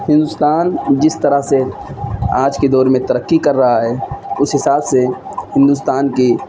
ہندوستان جس طرح سے آج کے دور میں ترقی کر رہا ہے اس حساب سے ہندوستان کی